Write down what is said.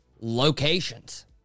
locations